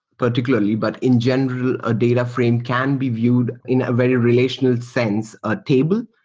particularly. but in general, a data frame can be viewed in a very relational sense a table.